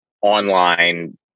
online